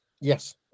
yes